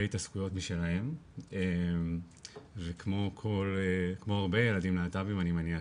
התעסקויות משלהם וכמו הרבה ילדים להט"בים אני מניח